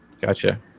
Gotcha